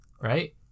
right